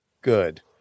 Good